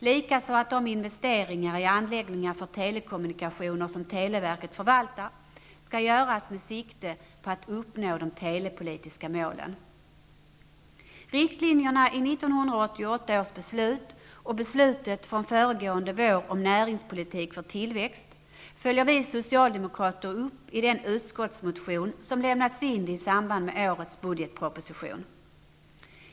Likaså att de investeringar i anläggningar för telekommunikationer som televerket förvaltar skall göras med sikte på att uppnå de telepolitiska målen. Riktlinjerna i 1988 års beslut och beslutet från föregående vår om näringspolitik för tillväxt följer vi socialdemokrater upp i den utskottsmotion som har lämnats in i samband med årets budgetproposition.